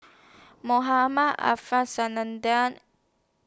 Mohamed Ariff